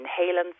inhalants